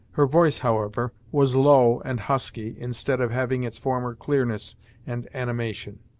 her voice, however, was low and husky, instead of having its former clearness and animation.